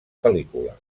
pel·lícula